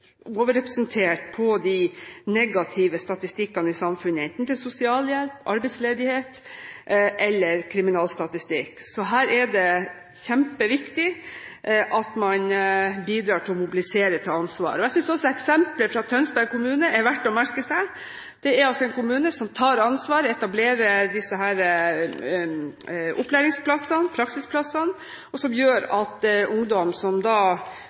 var inne på konsekvensene hvis vi ikke lykkes. Vi vet at ungdom som faller ut av utdanning, dessverre er å finne igjen overrepresentert på de negative statistikkene i samfunnet, enten over sosialhjelp, arbeidsledighet eller kriminalitet. Her er det kjempeviktig at man bidrar til å mobilisere til ansvar. Jeg synes også eksempelet fra Tønsberg kommune er verdt å merke seg. Det er altså en kommune som tar ansvar, etablerer disse opplæringsplassene,